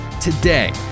today